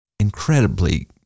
incredibly